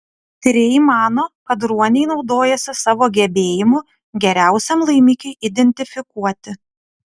tyrėjai mano kad ruoniai naudojasi savo gebėjimu geriausiam laimikiui identifikuoti